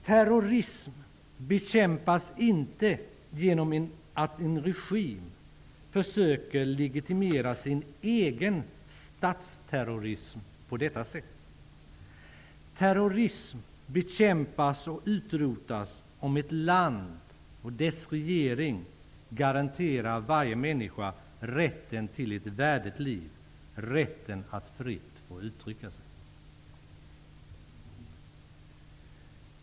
Terrorism bekämpas inte genom att en regim försöker legitimera sin egen statsterrorism på detta sätt. Terrorism bekämpas och utrotas om ett land och dess regering garanterar varje människa rätten till ett värdigt liv och rätten att fritt få uttrycka sig.